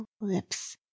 lips